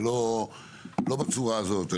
ולא בצורה הזאת.